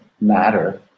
matter